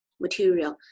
material